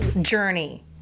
journey